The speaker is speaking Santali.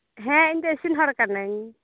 ᱦᱮᱸ ᱤᱧ ᱫᱚ ᱤᱥᱤᱱ ᱦᱚᱲ ᱠᱟᱹᱱᱟᱹᱧ